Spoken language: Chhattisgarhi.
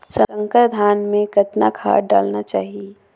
संकर धान मे कतना खाद डालना चाही?